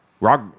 rock